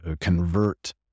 convert